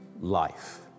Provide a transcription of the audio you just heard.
life